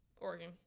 Oregon